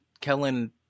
Kellen